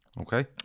Okay